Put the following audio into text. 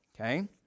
Okay